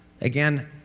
Again